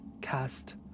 cast